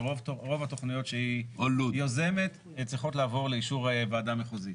ורוב התכניות שהיא יוזמת צריכות לעבור לאישור ועדה מחוזית.